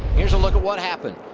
here's a look at what happened.